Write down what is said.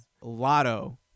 Lotto